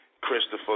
Christopher